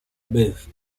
birth